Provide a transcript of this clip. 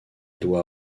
doit